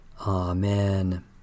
Amen